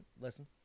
Listen